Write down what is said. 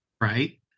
Right